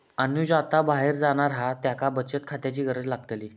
अनुज आता बाहेर जाणार हा त्येका बचत खात्याची गरज लागतली